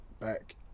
back